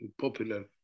popular